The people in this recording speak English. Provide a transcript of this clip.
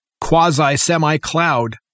quasi-semi-cloud